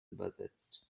übersetzt